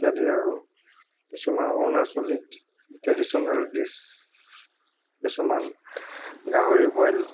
ইত্যাদি আৰু কিছুমান অৰুণাচলী ট্ৰেডিশ্যনেল ডিচ কিছুমান গাহৰিৰ বইল